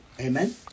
Amen